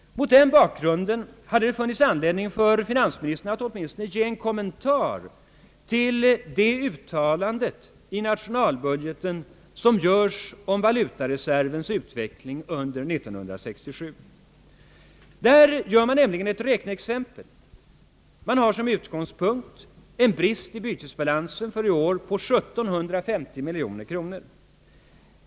Mot den bakgrunden hade det funnits anledning för finansministern att åtminstone ge en kommentar till det uttalande i nationalbudgeten som görs om valutareservens utveckling under 1967. Där görs nämligen ett räkneexempel med utgångspunkt att en brist i bytesbalansen för i år på 1750 miljoner kronor uppstår.